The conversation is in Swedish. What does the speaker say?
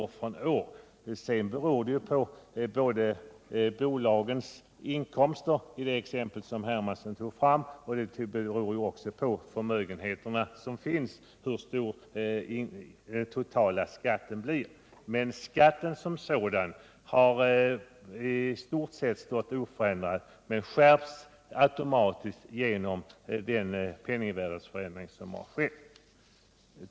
Hur stor den totala skatten blir beror sedan också såväl på bolagens inkomster — det visade det exempel som herr Hermansson tog fram — som på de förmögenheter som finns. Skatten som sådan har alltså i stort sett stått oförändrad, men den har skärpts automatiskt genom den penningvärdeförändring som har skett.